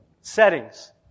settings